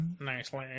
Nicely